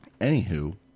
anywho